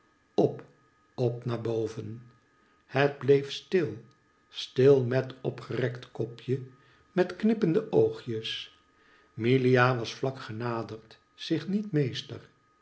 op dp naar boven het bleef stil stil met opgerekt kopje met knippende oogjes milia was vlak genaderd zich niet meester